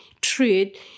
trade